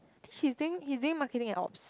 she's doing he's doing marketing and ops